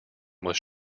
was